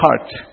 heart